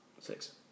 Six